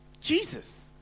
Jesus